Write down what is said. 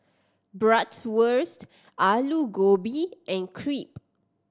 Bratwurst Alu Gobi and Crepe